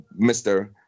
Mr